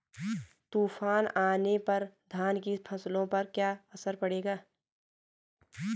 तूफान आने पर धान की फसलों पर क्या असर पड़ेगा?